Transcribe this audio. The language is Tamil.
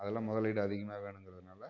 அதெல்லாம் முதலீடு அதிகமாக வேணும்ங்கிறதனால